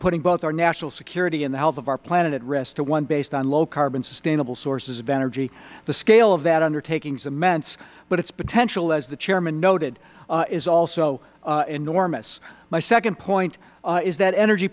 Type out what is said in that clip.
putting both our national security and the health of our planet at risk to one based on low carbon sustainable sources of energy the scale of that undertaking is immense but its potential as the chairman noted is also enormous my second point is that energy